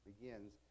begins